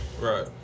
right